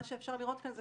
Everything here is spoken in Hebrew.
מה שאפשר לראות כאן זה